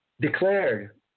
declared